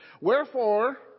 Wherefore